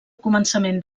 començament